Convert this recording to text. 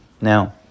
now